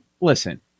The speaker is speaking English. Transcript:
listen